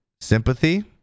sympathy